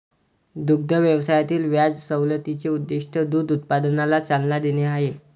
दुग्ध व्यवसायातील व्याज सवलतीचे उद्दीष्ट दूध उत्पादनाला चालना देणे आहे